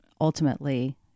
ultimately